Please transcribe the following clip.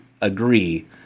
agree